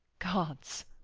gods,